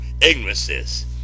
ignorance